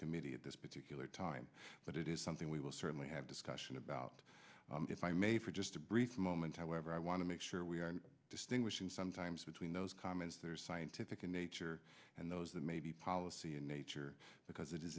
committee at this particular time but it is something we will certainly have discussion about if i may for just a brief moment however i want to make sure we are distinguishing sometimes between those comments that are scientific in nature and those that may be policy in nature because it is